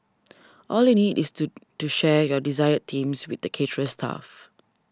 all you need is to to share your desired themes with the caterer's staff